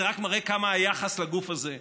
זה רק מראה כמה היחס לגוף הזה רציני.